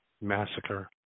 massacre